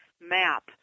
map